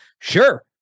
Sure